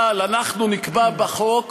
אבל אנחנו נקבע בחוק